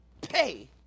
pay